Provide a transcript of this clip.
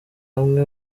hamwe